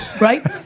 right